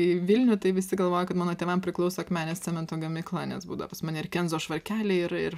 į vilnių tai visi galvojo kad mano tėvam priklauso akmenės cemento gamykla nes būdavo pas mane ir kenzo švarkeliai ir ir